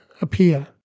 appear